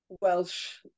Welsh